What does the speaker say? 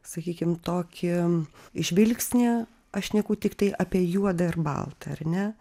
sakykim tokį žvilgsnį aš šneku tiktai apie juodą ir baltą ar ne